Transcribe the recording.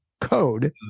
code